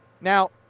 Now